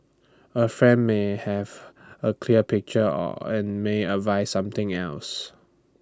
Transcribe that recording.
A friend may have A clear picture and may advise something else